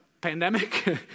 pandemic